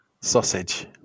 sausage